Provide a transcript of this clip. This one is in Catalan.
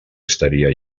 estaria